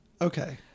okay